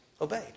obeyed